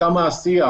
וכמה השיח,